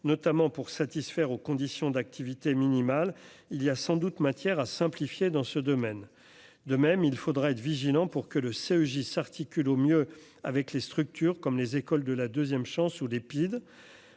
notamment pour satisfaire aux conditions d'activité minimale, il y a sans doute matière à simplifier dans ce domaine, de même, il faudra être vigilant pour que le CE s'articule au mieux avec les structures comme les écoles de la 2ème, chance ou des